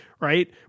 right